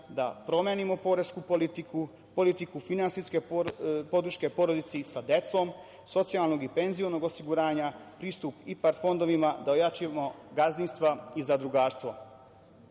da promenimo poresku politiku, politiku finansijske podrške porodici sa decom, socijalnog i penzionog osiguranja, pristup IPARD fondovima, da ojačamo gazdinstva i zadrugarstvo. Kao